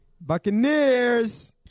Buccaneers